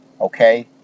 Okay